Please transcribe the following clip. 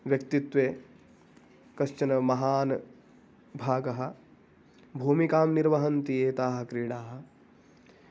व्यक्तित्वे कश्चन महान् भागः भूमिकां निर्वहन्ति एताः क्रीडाः